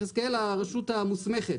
מהרשות המוסמכת.